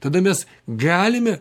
tada mes galime